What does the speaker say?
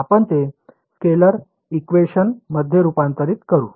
तर आपण ते स्केलर इक्वेशन मध्ये रूपांतरित करू